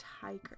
tiger